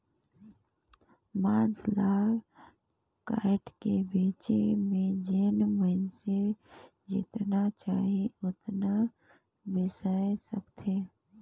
मांस ल कायट के बेचे में जेन मइनसे जेतना चाही ओतना बेसाय सकथे